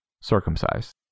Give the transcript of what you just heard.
circumcised